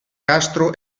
castro